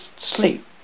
sleep